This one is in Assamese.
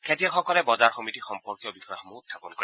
খেতিয়কসকলে বজাৰ সমিতি সম্পৰ্কীয় বিষয়সমূহ উখাপন কৰে